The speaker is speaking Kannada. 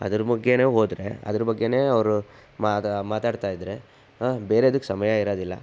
ಅದರ ಬಗ್ಗೆಯೇ ಹೋದರೆ ಅದರ ಬಗ್ಗೆಯೇ ಅವರು ಮಾತ ಮಾತಾಡ್ತಾಯಿದ್ರೆ ಬೇರೇದಕ್ಕೆ ಸಮಯ ಇರೋದಿಲ್ಲ